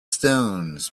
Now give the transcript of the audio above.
stones